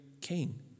king